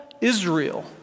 Israel